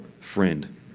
friend